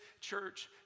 church